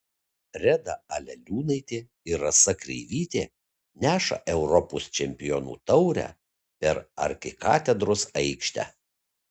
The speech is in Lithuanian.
reda aleliūnaitė ir rasa kreivytė neša europos čempionių taurę per arkikatedros aikštę